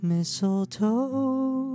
Mistletoe